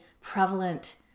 prevalent